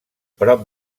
prop